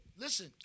Listen